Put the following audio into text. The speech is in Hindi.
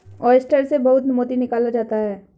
ओयस्टर से बहुत मोती निकाला जाता है